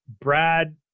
Brad